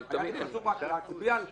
שהכסף לא יחזור ותמריץ לשלם חובות,